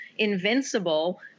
invincible